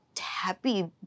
happy